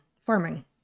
farming